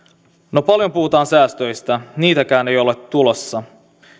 no paljon puhutaan säästöistä niitäkään ei ole tulossa